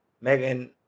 Megan